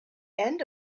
end